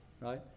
right